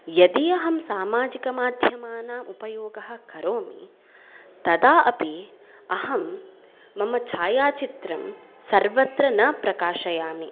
यदि अहं सामाजिकमाध्यमानाम् उपयोगः करोमि तदा अपि अहं मम छायाचित्रं सर्वत्र न प्रकाशयामि